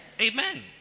Amen